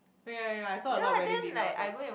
oh ya ya ya I saw a lot of wedding dinner also